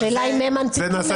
השאלה היא אם הם מנציחים את זה?